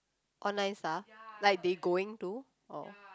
online stuff like they going to or